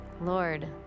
Lord